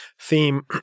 theme